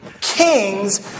Kings